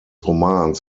romans